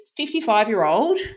55-year-old